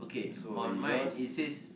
so yours